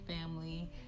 family